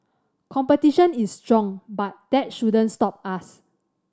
competition is strong but that shouldn't stop us